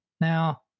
Now